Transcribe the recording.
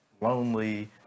lonely